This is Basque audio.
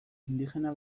indigena